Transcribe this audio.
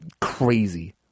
crazy